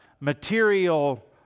material